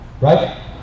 right